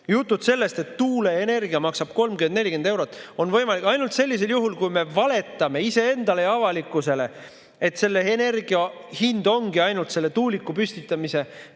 Jutud sellest, et tuuleenergia maksab 30–40 eurot – see on võimalik ainult sellisel juhul, kui me valetame iseendale ja avalikkusele, et selle energia hind ongi ainult tuuliku püstitamise kulu.